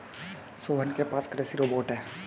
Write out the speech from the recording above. सोहन के पास कृषि रोबोट है